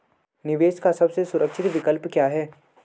निवेश का सबसे सुरक्षित विकल्प क्या है?